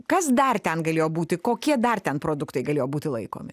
kas dar ten galėjo būti kokie dar ten produktai galėjo būti laikomi